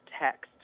text